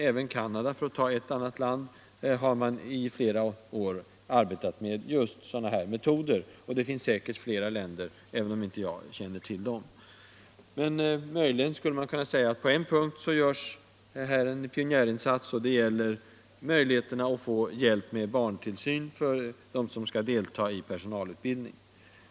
Även i Canada har mani flera år arbetat med sådana här metoder, och det finns säkerligen flera andra länder att nämna i sammanhanget, även om inte jag känner till dem. Möjligen skulle man kunna säga att på en punkt görs här en pionjärinsats, och det gäller möjligheterna att få hjälp med barntillsyn för dem som skall delta i personalutbildning.